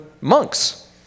monks